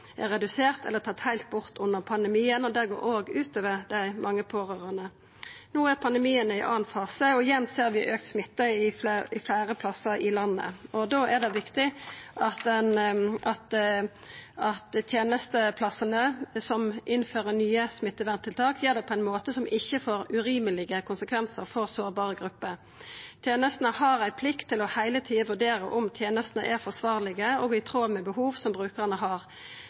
eller er tatt heilt bort under pandemien, og det går også ut over dei mange pårørande. No er pandemien i ein annan fase, og igjen ser vi auka smitte fleire plassar i landet. Da er det viktig at tenesteplassane som innfører nye smitteverntiltak, gjer det på ein måte som ikkje får urimelege konsekvensar for sårbare grupper. Tenesteplassane har ei plikt til heile tida å vurdera om tenestene er forsvarlege og i tråd med behov som brukarane har.